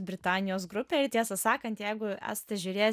britanijos grupę ir tiesą sakant jeigu esate žiūrėję